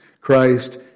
Christ